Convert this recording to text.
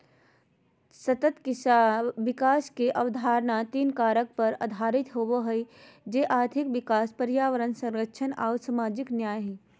सतत विकास के अवधारणा तीन कारक पर आधारित होबो हइ, जे आर्थिक विकास, पर्यावरण संरक्षण आऊ सामाजिक न्याय हइ